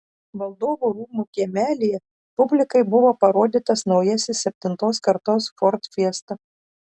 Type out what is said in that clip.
valdovų rūmų kiemelyje publikai buvo parodytas naujasis septintos kartos ford fiesta